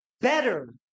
better